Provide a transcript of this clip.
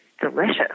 delicious